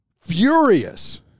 furious